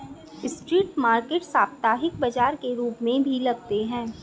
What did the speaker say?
street market साप्ताहिक बाजार के रूप में भी लगते हैं